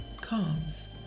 comes